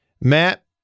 Matt